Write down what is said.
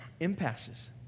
impasses